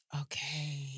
Okay